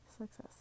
success